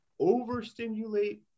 overstimulate